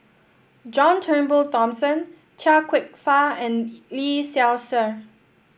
John Turnbull Thomson Chia Kwek Fah and Lee Seow Ser